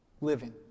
living